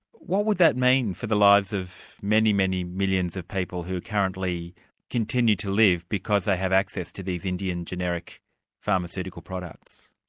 what would that mean for the lives of many many millions of people who currently continue to live because they have access to these indian generic pharmaceutical products?